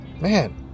man